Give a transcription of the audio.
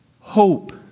Hope